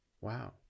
wow